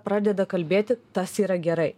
pradeda kalbėti tas yra gerai